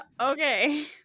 okay